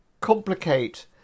complicate